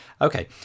Okay